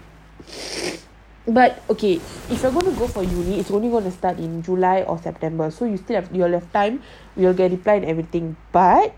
but okay if you wanna go for uni is only going to start in july or september so you still have your time to apply for everything but